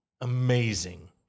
amazing